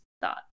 thought